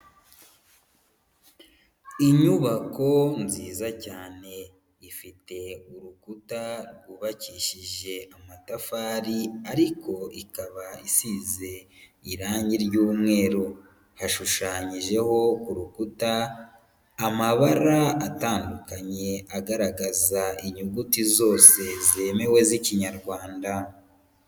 Inyubako nziza cyane ifite urukuta rwubakishije amatafari ariko ikaba isize irangi ry'umweru, hashushanyijeho urukuta amabara atandukanye agaragaza inyuguti zose zemewe z'Ikinyarwanda.